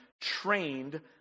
trained